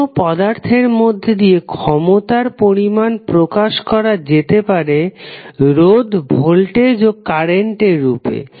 কোনো পদার্থের মধ্য দিয়ে ক্ষমতার পরিমাণ প্রকাশ করা যেতে পারে রোধ ভোল্টেজ ও কারেন্টের রূপে